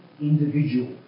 Individual